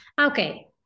okay